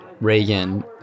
Reagan